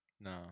No